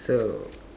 so